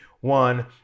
one